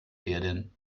werden